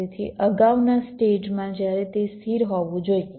તેથી અગાઉના સ્ટેજમાં જ્યારે તે સ્થિર હોવું જોઈએ